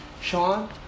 Sean